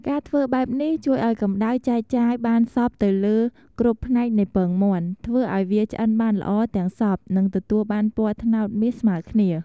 ការធ្វើបែបនេះជួយឱ្យកម្តៅចែកចាយបានសព្វទៅលើគ្រប់ផ្នែកនៃពងមាន់ ធ្វើឱ្យវាឆ្អិនបានល្អទាំងសព្វ និងទទួលបានពណ៌ត្នោតមាសស្មើគ្នា។